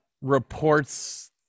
Reports